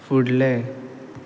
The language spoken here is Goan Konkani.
फुडलें